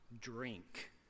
drink